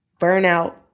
burnout